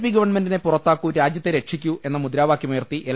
P ഗവൺമെന്റിനെ പുറത്താക്കൂ രാജ്യത്തെ രക്ഷിക്കൂ എന്ന മുദ്രാവാക്യം ഉയർത്തി എൽ